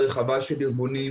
קואליציה רחבה של ארגונים,